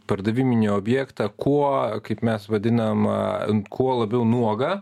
pardaviminį objektą kuo kaip mes vadinam kuo labiau nuogą